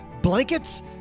blankets